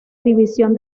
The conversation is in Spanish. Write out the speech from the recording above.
división